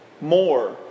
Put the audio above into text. more